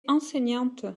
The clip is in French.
enseignante